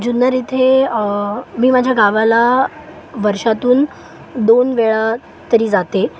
जुन्नर इथे मी माझ्या गावाला वर्षातून दोन वेळा तरी जाते